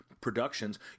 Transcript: productions